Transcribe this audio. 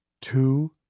Two